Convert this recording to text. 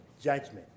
judgment